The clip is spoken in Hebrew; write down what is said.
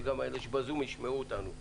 כדי שגם אלה שב"זום" ישמעו אותנו.